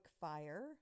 fire